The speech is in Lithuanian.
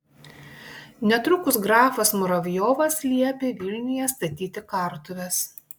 netrukus grafas muravjovas liepė vilniuje statyti kartuves